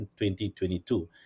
2022